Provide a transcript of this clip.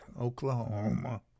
Oklahoma